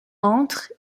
entre